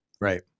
Right